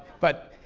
but,